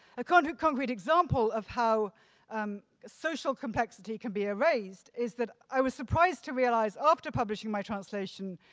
concrete concrete example of how social complexity can be erased is that i was surprised to realize after publishing my translation,